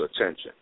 attention